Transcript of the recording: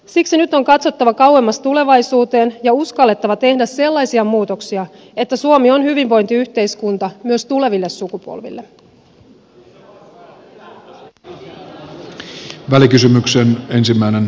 siksi nyt on katsottava kauemmas tulevaisuuteen ja uskallettava tehdä sellaisia muutoksia että suomi on hyvinvointiyhteiskunta myös tuleville sukupolville